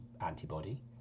antibody